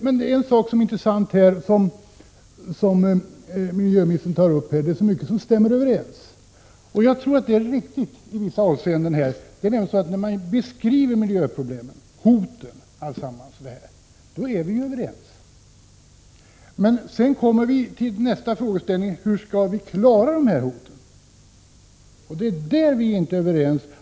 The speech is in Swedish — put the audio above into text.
Men en sak är intressant, som miljöministern tar upp: det är så mycket som stämmer överens. Jag tror detta är riktigt i vissa avseenden. När man beskriver miljöhoten är vi överens. Men sedan kommer vi till nästa frågeställning: Hur skall vi klara dessa hot? Det är på den punkten vi inte är överens.